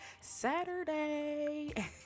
Saturday